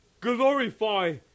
glorify